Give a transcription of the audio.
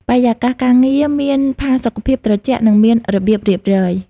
បរិយាកាសការងារមានផាសុកភាព ត្រជាក់ និងមានរបៀបរៀបរយ។